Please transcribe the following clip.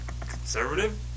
Conservative